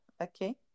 okay